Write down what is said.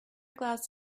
glass